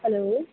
hello